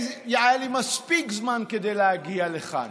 היה לי מספיק זמן כדי להגיע לכאן.